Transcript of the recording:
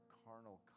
carnal